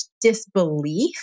disbelief